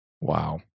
Wow